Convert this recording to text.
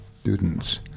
students